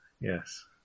Yes